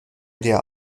der